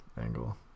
angle